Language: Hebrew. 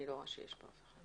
אני לא רואה שיש פה משהו.